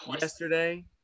yesterday